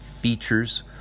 features